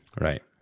Right